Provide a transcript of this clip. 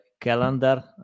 calendar